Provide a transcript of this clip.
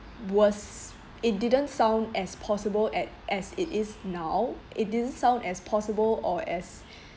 was it didn't sound as possible at as it is now it didn't sound as possible or as